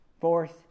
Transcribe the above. Fourth